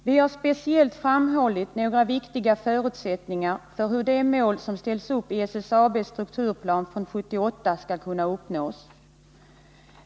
Vi har speciellt framhållit några viktiga förutsättningar för hur de mål som ställts uppiSSAB:s strukturplan från 1978 skall kunna uppnås.